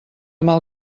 mal